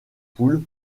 poules